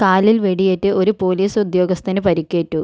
കാലിൽ വെടിയേറ്റ് ഒരു പോലീസ് ഉദ്യോഗസ്ഥന് പരിക്കേറ്റു